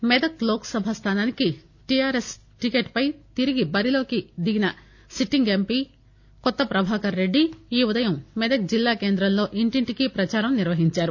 ప్రచారం మెదక్ లోక్ సభ స్లానానికి టీఆర్ఎస్ టికెట్ పై తిరిగి బరిలో ఉన్న సిట్టింగ్ ఎంపీ కొత్త ప్రభాకర్ రెడ్డి ఈ ఉదయం మెదక్ జిల్లా కేంద్రంలో ఇంటింటికీ ప్రచారం నిర్వహించారు